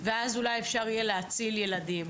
ואז אולי אפשר יהיה להציל ילדים.